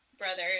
brother